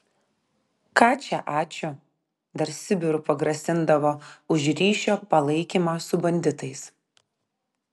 ką čia ačiū dar sibiru pagrasindavo už ryšio palaikymą su banditais